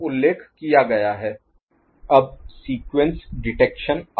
अब sequence detection आता है